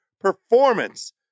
performance